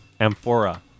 Amphora